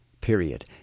period